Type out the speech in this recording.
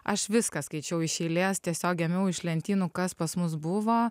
aš viską skaičiau iš eilės tiesiog ėmiau iš lentynų kas pas mus buvo